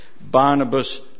Barnabas